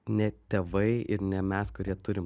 ne tėvai ir ne mes kurie turim